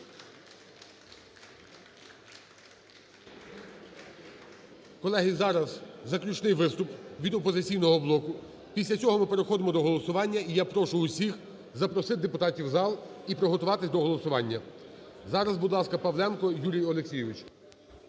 Колеги! Зараз заключний виступ від "Опозиційного блоку". Після цього ми переходимо до голосування. І я прошу усіх запросити депутатів в зал і приготуватись до голосування. Зараз, будь ласка, Павленко Юрій Олексійович.